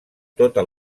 tota